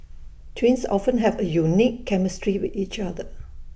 twins often have A unique chemistry with each other